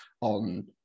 on